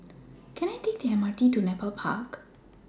Can I Take The MRT to Nepal Park